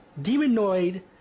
Demonoid